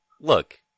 look